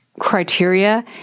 Criteria